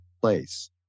place